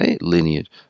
Lineage